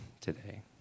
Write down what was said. today